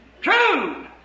true